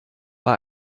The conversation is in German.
bei